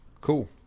cool